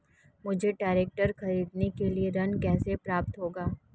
मुझे ट्रैक्टर खरीदने के लिए ऋण कैसे प्राप्त होगा?